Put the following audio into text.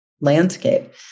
landscape